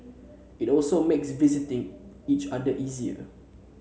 it also makes the visiting each other easier